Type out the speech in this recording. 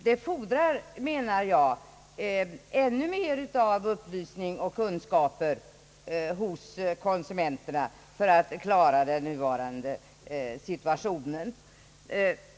Det fordras ännu mer av upplysning och kunskaper hos konsumenterna för att klara den nuvarande situationen.